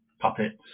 puppets